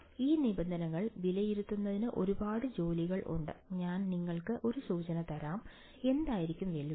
ഈ നിബന്ധനകൾ വിലയിരുത്തുന്നതിന് ഒരുപാട് ജോലികൾ ഉണ്ട് ഞാൻ നിങ്ങൾക്ക് ഒരു സൂചന തരാം എന്തായിരിക്കും വെല്ലുവിളി